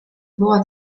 była